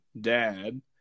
dad